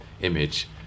image